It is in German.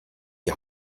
die